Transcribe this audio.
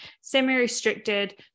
semi-restricted